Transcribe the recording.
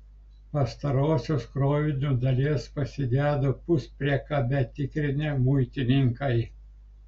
pastarosios krovinio dalies pasigedo puspriekabę tikrinę muitininkai